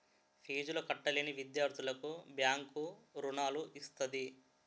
ఫీజులు కట్టలేని విద్యార్థులకు బ్యాంకు రుణాలు ఇస్తది